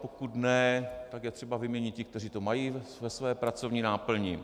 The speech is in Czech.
Pokud ne, tak je třeba vyměnit ty, kteří to mají ve své pracovní náplni.